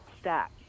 stack